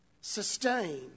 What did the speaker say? sustain